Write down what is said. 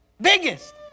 Biggest